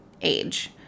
age